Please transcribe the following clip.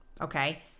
Okay